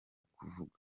kuvuga